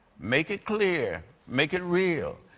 make it clear. make it real.